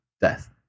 death